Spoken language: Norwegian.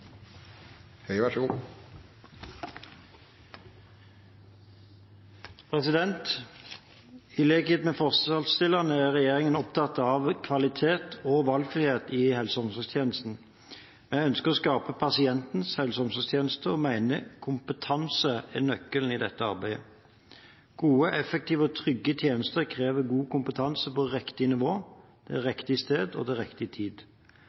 I likhet med forslagstillerne er regjeringen opptatt av kvalitet og valgfrihet i helse- og omsorgstjenesten. Jeg ønsker å skape pasientens helse- og omsorgstjeneste og mener kompetanse er nøkkelen i dette arbeidet. Gode, effektive og trygge tjenester krever god kompetanse på riktig nivå, på riktig sted og til riktig tid.